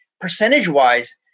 percentage-wise